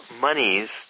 monies